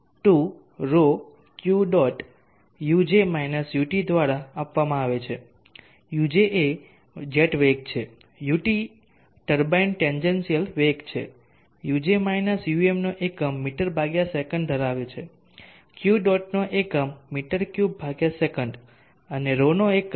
હવે Ft tangential બળ 2ρ Q dot દ્વારા આપવામાં આવે છે uj એ જેટ વેગ છે ut ટર્બાઇન ટેન્જેન્શીયલ વેગ છે uj umનો એકમ મી સે ધરાવે છે Q ડોટનો એકમ મી3સે અને ρ નો એકમ kgm3 છે